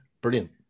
brilliant